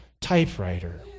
typewriter